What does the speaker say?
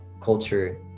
culture